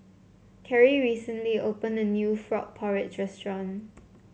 Carry recently opened a new Frog Porridge restaurant